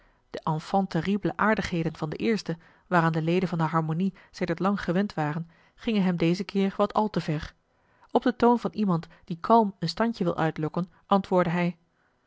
ouden suter de enfant terrible aardigheden van den eerste waaraan de leden van de harmonie sedert lang gewend waren gingen hem dezen keer wat marcellus emants een drietal novellen al te ver op den toon van iemand die kalm een standje wil uitlokken antwoordde hij